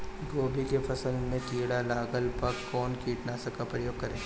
गोभी के फसल मे किड़ा लागला पर कउन कीटनाशक का प्रयोग करे?